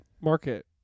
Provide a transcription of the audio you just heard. market